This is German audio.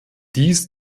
dies